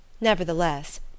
Nevertheless